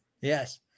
Yes